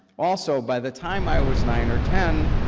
also, by the time i was nine or ten,